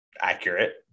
Accurate